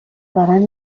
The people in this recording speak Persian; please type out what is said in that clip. دارن